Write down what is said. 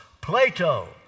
Plato